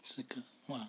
十个 !wah!